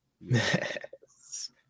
Yes